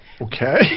okay